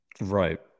Right